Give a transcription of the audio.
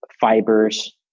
fibers